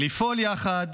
לפעול ביחד,